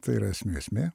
tai yra esmė esmė